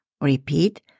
Repeat